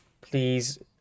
Please